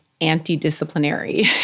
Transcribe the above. anti-disciplinary